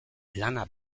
lana